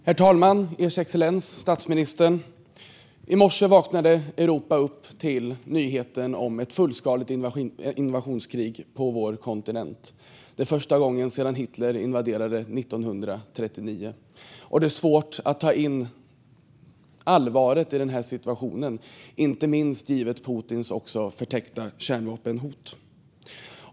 Herr talman, ers excellens och statsministern! I morse vaknade Europa till nyheten om ett fullskaligt invasionskrig på vår kontinent. Det är första gången sedan Hitlers invasion 1939. Det är svårt att ta in allvaret i situationen, inte minst givet Putins förtäckta kärnvapenhot.